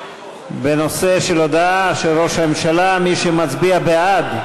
בנושא של הודעה של ראש הממשלה, מי שמצביע בעד,